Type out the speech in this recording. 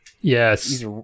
Yes